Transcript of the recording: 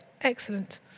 Excellent